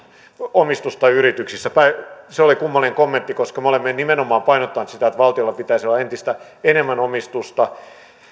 omistusta yrityksissä se oli kummallinen kommentti koska me olemme nimenomaan painottaneet sitä että valtiolla pitäisi olla entistä enemmän omistusta